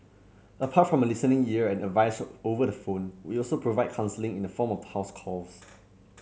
apart from a listening ear and advice over the phone we also provide counselling in the form of house calls